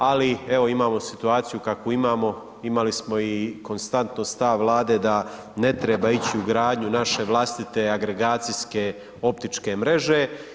Ali, evo, imamo situaciju kakvu imamo, imali smo konstanto stav vlade, da ne treba ići u gradnju naše vlastite agregacijske optičke mreže.